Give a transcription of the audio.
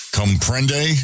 Comprende